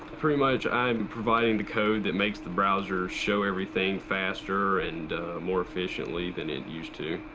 pretty much i'm providing the code that makes the browser show everything faster and more efficiently than it used to.